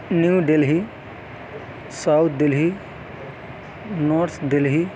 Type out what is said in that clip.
new Delhi south Delhi north Delhi